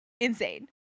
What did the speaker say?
Insane